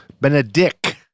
Benedict